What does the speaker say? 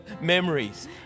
memories